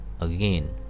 again